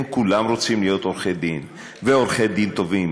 הם כולם רוצים להיות עורכי-דין, עורכי-דין טובים.